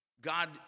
God